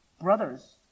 Brothers